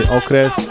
okres